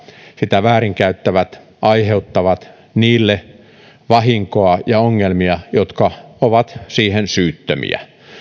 sitä väärinkäyttävät aiheuttavat vahinkoa ja ongelmia niille jotka ovat siihen syyttömiä